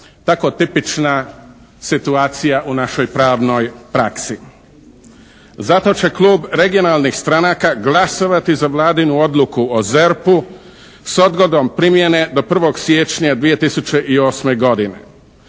tako tipična situacija u našoj pravnoj praksi. Zato će Klub regionalnih stranaka glasovati za Vladinu odluku o ZERP-u s odgodom primjene do 1. siječnja 2008. godine.